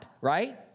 Right